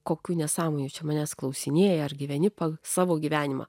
kokių nesąmonių čia manęs klausinėja ar gyveni pas savo gyvenimą